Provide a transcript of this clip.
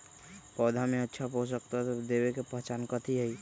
पौधा में अच्छा पोषक तत्व देवे के पहचान कथी हई?